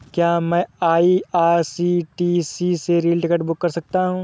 क्या मैं आई.आर.सी.टी.सी से रेल टिकट बुक कर सकता हूँ?